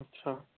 ਅੱਛਾ